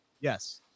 Yes